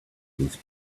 these